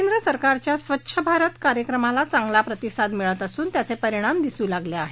केंद्र सरकारच्या स्वच्छ भारत कार्यक्रमाला चागला प्रतिसाद मिळत असून त्याचे परिणाम दिसू लागले आहेत